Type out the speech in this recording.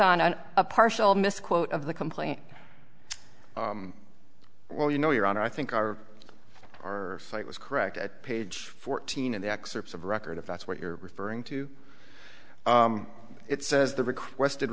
on a partial misquote of the complaint well you know you're on i think our or it was correct at page fourteen in the excerpts of record if that's what you're referring to it says the requested